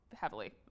Heavily